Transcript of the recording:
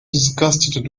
disgusted